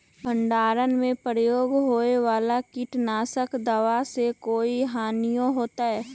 भंडारण में प्रयोग होए वाला किट नाशक दवा से कोई हानियों होतै?